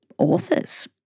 authors